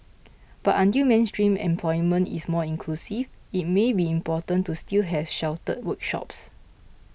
but until mainstream employment is more inclusive it may be important to still have sheltered workshops